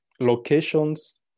locations